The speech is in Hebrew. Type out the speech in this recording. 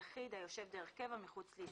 יחיד היושב דרך קבע מחוץ לישראל.